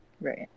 Right